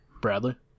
Bradley